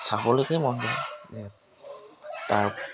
চাবলৈকে মন যায় যে তাৰ